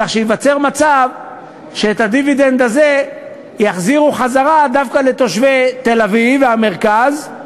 כך שייווצר מצב שאת הדיבידנד הזה יחזירו דווקא לתושבי תל-אביב והמרכז,